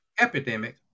epidemic